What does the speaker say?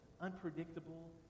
unpredictable